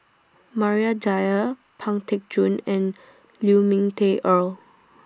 Maria Dyer Pang Teck Joon and Lu Ming Teh Earl